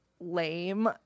Lame